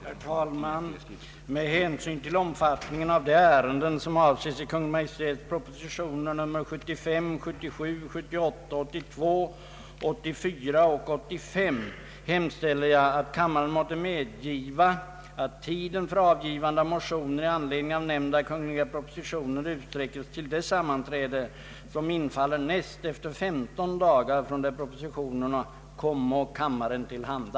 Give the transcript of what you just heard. Herr talman! Med hänsyn till omfattningen av de ärenden som avses i Kungl. Maj:ts propositioner nr 75, 77, 78, 82, 84 och 85 hemställer jag att kammaren måtte medgiva att tiden för avgivande av motioner i anledning av nämnda kungl. propositioner utsträckes till det sammanträde som infaller näst efter 15 dagar från det propositionerna kom kammaren till handa.